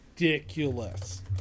ridiculous